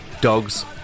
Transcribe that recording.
dogs